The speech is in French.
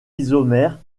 isomères